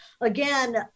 again